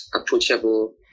approachable